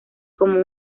como